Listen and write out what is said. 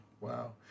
Wow